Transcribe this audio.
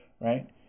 right